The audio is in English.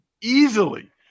Easily